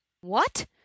What